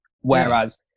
Whereas